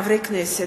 חברי הכנסת,